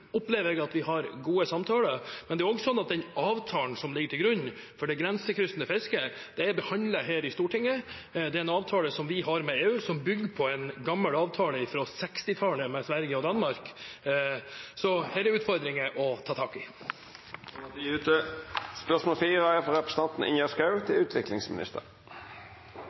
opplever jeg at vi har gode samtaler, men den avtalen som ligger til grunn for det grensekryssende fisket, er behandlet her i Stortinget, og det er en avtale som vi har med EU som bygger på en gammel avtale fra 1960-tallet med Sverige og Danmark. Så her er det utfordringer å ta tak i. Då var tida ute. «Statsråden har nylig uttalt at regjeringens strategi for matsikkerhet nå er